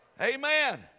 amen